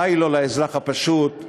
די לו לאזרחי הפשוט.